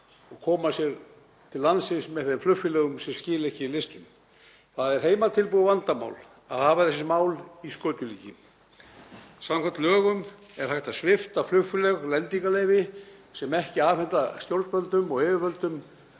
og koma sér til landsins með þeim flugfélögum sem skila ekki listum. Það er heimatilbúið vandamál að hafa þessi mál í skötulíki. Samkvæmt lögum er hægt að svipta flugfélög lendingarleyfi sem afhenda ekki stjórnvöldum og yfirvöldum